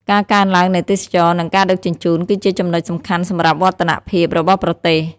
ការកើនឡើងនៃទេសចរណ៍និងការដឹកជញ្ជូនគឺជាចំណុចសំខាន់សម្រាប់វឌ្ឍនភាពរបស់ប្រទេស។